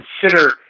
consider